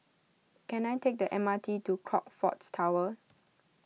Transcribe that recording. can I take the M R T to Crockfords Tower